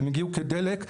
הם יגיעו כדלק,